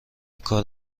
کار